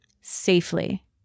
safely